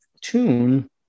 tune